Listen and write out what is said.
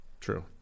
True